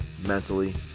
mentally